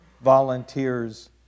volunteers